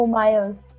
miles